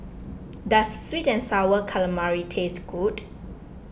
does Sweet and Sour Calamari taste good